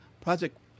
Project